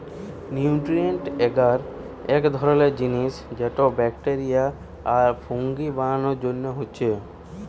nutrient agar এক ধরণের জিনিস যেটা ব্যাকটেরিয়া আর ফুঙ্গি বানানার জন্যে হচ্ছে